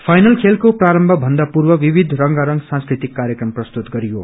ुइनल खेलको प्रारम्भ भन्दा पूर्व विविध रंगारंग सांस्कृतिक कार्यक्रम प्रस्तुत गरियो